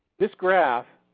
this graph,